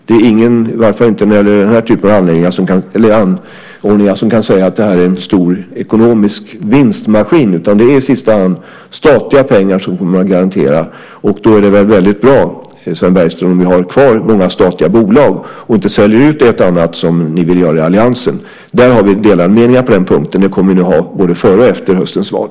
Det är ingen, i varje fall inte när det gäller den här typen av anordningar, som kan säga att det här är en stor ekonomisk vinstmaskin, utan det är i sista hand statliga pengar som kommer att garantera detta. Då är det väl väldigt bra, Sven Bergström, om vi har kvar många statliga bolag och inte säljer ut ett och annat, som ni vill göra i alliansen. På den punkten har vi delade meningar, och det kommer vi att ha både före och efter höstens val.